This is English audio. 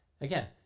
Again